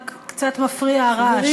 רק קצת מפריע הרעש.